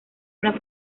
una